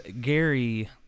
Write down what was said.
Gary